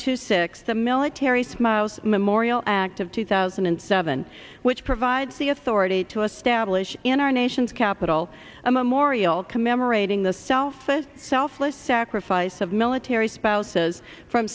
to six the military smiles memorial act of two thousand and seven which provides the authority to us stablish in our nation's capital a memorial commemorating the self says selfless sacrifice of military spouses from